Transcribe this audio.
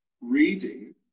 reading